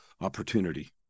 opportunity